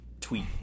Tweet